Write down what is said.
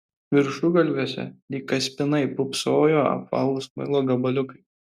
viršugalviuose lyg kaspinai pūpsojo apvalūs muilo gabaliukai